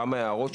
כמה הערות.